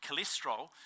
cholesterol